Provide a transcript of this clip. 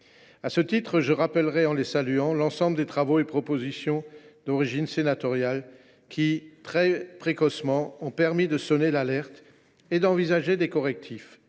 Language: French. À cet égard, je rappellerai, en les saluant, l’ensemble des travaux et propositions de loi d’origine sénatoriale qui, très précocement, ont permis de sonner l’alerte et d’envisager des correctifs.